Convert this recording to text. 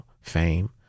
fame